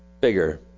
bigger